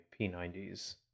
P90s